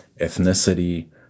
ethnicity